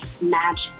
magic